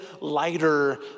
lighter